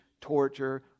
torture